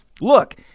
Look